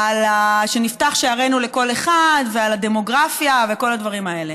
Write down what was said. על שנפתח את שערינו לכל אחד ועל הדמוגרפיה ועל כל הדברים האלה.